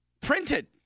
printed